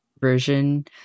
version